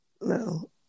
No